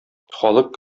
халык